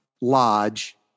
lodge